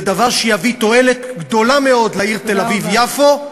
זה דבר שיביא תועלת גדולה מאוד לעיר תל-אביב יפו,